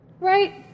Right